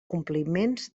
compliments